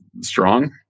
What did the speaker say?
strong